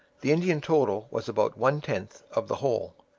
the indian total was about one-tenth of the whole.